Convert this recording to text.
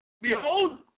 Behold